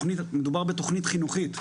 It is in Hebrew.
מדובר בתכנית חינוכית.